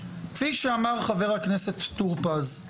כפי שאמר חבר הכנסת טורפז,